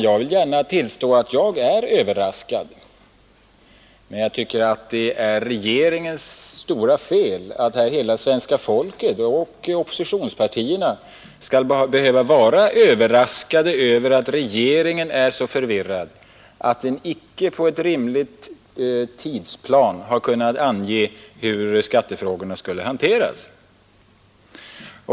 Jag vill gärna tillstå, herr talman, att jag är överraskad, men jag tycker att det är regeringens stora fel att hela svenska folket och oppositionspartierna skall behöva vara överraskade över att regeringen är så förvirrad att den icke i en rimlig tidsplan har kunnat ange hur skattefrågorna skulle hanteras.